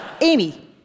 Amy